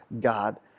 God